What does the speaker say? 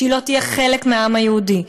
שהיא לא תהיה חלק מהעם היהודי,